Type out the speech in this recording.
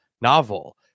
novel